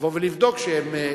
לבוא ולבדוק שהם,